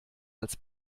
als